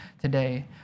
today